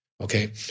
Okay